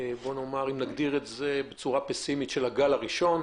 אם נגדיר זאת בצורה פסימית של הגל הראשון.